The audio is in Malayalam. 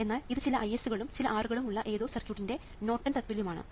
എന്നാൽ ഇത് ചില Is കളും ചില R കളും ഉള്ള ഏതോ സർക്യൂട്ടിൻറെ നോർട്ടൺ തത്തുല്യം ആണ്